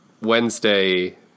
Wednesday